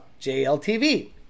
JLTV